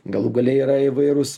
galų gale yra įvairūs